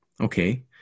Okay